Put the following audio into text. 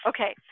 Okay